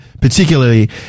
particularly